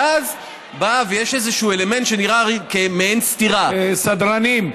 ואז יש אלמנט שנראה כמעין סתירה, סדרנים,